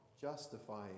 justifying